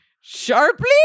Sharply